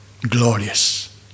Glorious